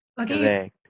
okay